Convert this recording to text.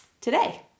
today